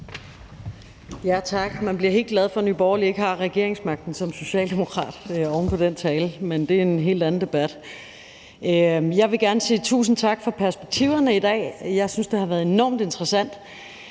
som socialdemokrat helt glad for, at Nye Borgerlige ikke har regeringsmagten, oven på den tale. Men det er en helt anden debat. Jeg vil gerne sige tusind tak for perspektiverne i dag. Jeg synes, det har været enormt interessant,